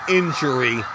injury